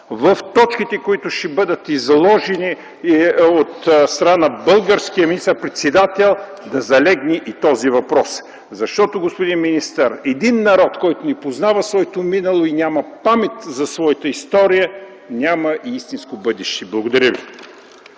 в точките, които ще бъдат изложени от страна на българския министър-председател, да залегне и този въпрос. Защото, господин министър, един народ, който не познава своето минало и няма памет за своята история, няма и истинско бъдеще. Благодаря ви.